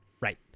Right